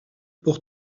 pour